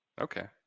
Okay